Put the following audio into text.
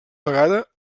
vegada